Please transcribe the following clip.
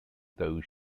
though